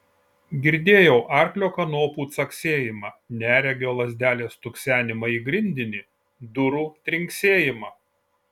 girdėjau arklio kanopų caksėjimą neregio lazdelės stuksenimą į grindinį durų trinksėjimą